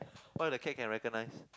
what the cat can recognize